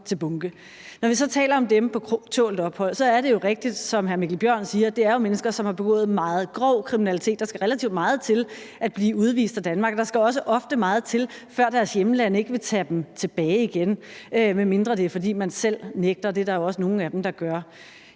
Når vi så taler om dem på tålt ophold, er det jo rigtigt, som hr. Mikkel Bjørn siger, at det er mennesker, som har begået meget grov kriminalitet. Der skal relativt meget til at blive udvist af Danmark, og der skal også ofte meget til, før deres hjemlande ikke vil tage dem tilbage igen, medmindre det er, fordi man selv nægter, og det er der også nogle af dem der gør.